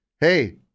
hey